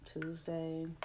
Tuesday